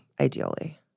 ideally